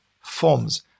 forms